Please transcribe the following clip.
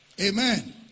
Amen